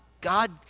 God